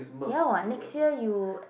ya what next year you